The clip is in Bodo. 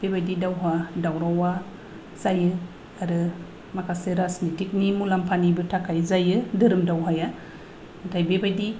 बेबायदि दावहा दावरावा जायो आरो माखासे राजनिटिकनि मुलाम्फानिबो थाखाय जायो धोरोम दावहाया नाथाय बेबायदि